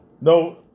No